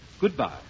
Goodbye